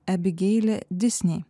abigeilė disney